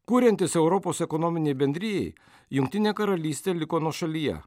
kuriantis europos ekonominei bendrijai jungtinė karalystė liko nuošalyje